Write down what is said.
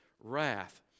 wrath